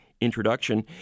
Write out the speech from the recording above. introduction